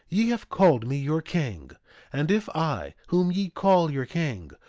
ye have called me your king and if i, whom ye call your king,